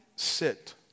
sit